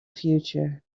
future